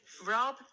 Rob